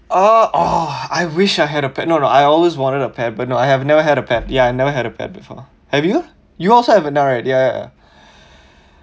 uh oh I wish I had a pet no no I always wanted a pet but no I have never had a pet ya never had a pet before have you you also have not right ya ya